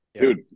Dude